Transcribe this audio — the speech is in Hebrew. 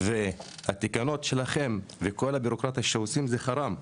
והתקנות שלכם, וכל הבירוקרטיה שעושים, זה חראם.